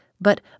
but